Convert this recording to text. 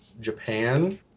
Japan